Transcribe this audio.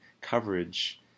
coverage